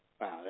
Wow